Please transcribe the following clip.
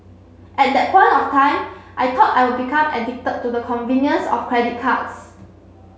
at that point of time I thought I would become addicted to the convenience of credit cards